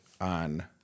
on